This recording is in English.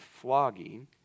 flogging